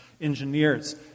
engineers